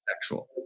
sexual